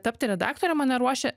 tapti redaktore mane ruošė